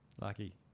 lucky